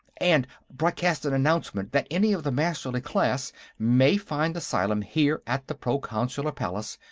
and broadcast an announcement that any of the masterly class may find asylum here at the proconsular palace.